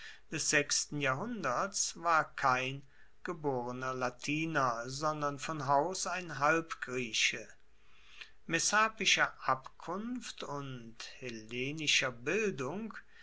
des sechsten jahrhunderts war kein geborener latiner sondern von haus aus ein halbgrieche messapischer abkunft und hellenischer bildung